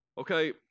Okay